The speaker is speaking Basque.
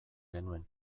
genuen